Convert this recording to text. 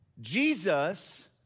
Jesus